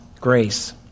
grace